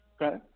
Okay